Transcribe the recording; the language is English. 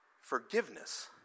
Forgiveness